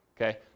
okay